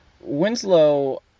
Winslow